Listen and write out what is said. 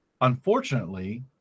unfortunately